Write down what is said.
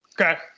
Okay